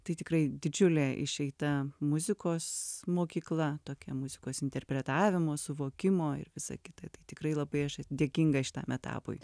tai tikrai didžiulė išeita muzikos mokykla tokia muzikos interpretavimo suvokimo ir visa kita tai tikrai labai aš dėkinga šitam etapui